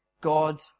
God